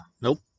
Nope